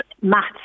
maths